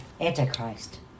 Antichrist